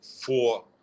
four